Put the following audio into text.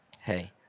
hey